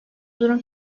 durum